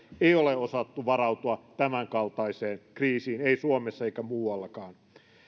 ei ole osattu varautua tämänkaltaiseen kriisiin ei suomessa eikä muuallakaan